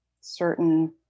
certain